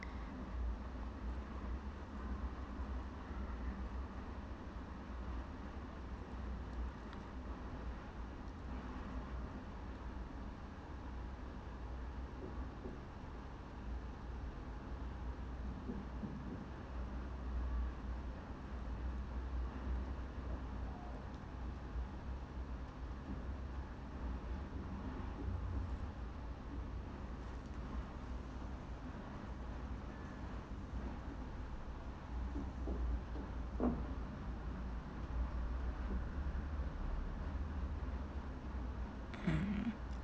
mm